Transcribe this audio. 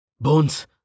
Bones